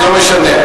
לא משנה.